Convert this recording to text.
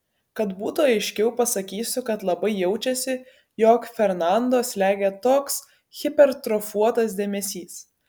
kad būtų aiškiau pasakysiu kad labai jaučiasi jog fernando slegia toks hipertrofuotas dėmesys